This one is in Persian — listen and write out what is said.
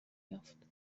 یافت